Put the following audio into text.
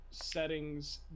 Settings